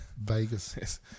Vegas